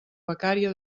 becària